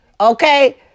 okay